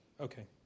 Okay